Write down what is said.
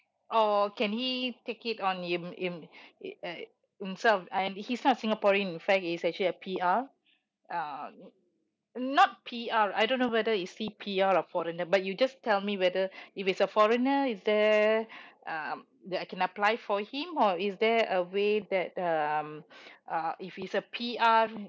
or can he take it on him~ him~ it uh himself and he's not singaporean in fact he's actually a P_R um not P_R I don't know whether he's a P_R or foreigner but you just tell me whether if he's a foreigner is there um that I can apply for him or is there a way that um uh if he's a P_R